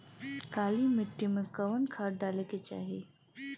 काली मिट्टी में कवन खाद डाले के चाही?